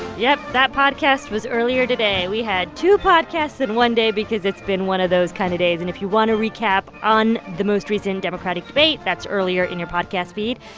yep, that podcast was earlier today. we had two podcasts in one day because it's been one of those kind of days. and if you want a recap on the most recent democratic debate, that's earlier in your podcast feed.